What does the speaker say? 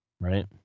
Right